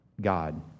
God